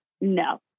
no